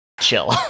chill